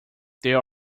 there